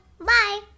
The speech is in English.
Bye